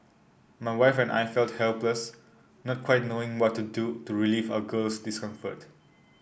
my wife and I felt helpless not quite knowing what to do to relieve our girl's discomfort